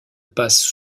passent